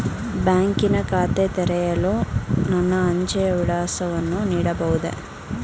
ಬ್ಯಾಂಕಿನ ಖಾತೆ ತೆರೆಯಲು ನನ್ನ ಅಂಚೆಯ ವಿಳಾಸವನ್ನು ನೀಡಬಹುದೇ?